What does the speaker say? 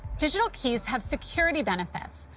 digital keys have security benefits.